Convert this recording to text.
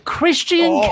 Christian